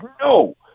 no